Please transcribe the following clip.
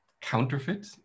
counterfeit